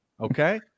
Okay